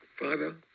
Father